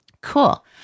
Cool